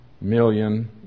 million